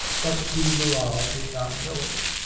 but de barral did not know it.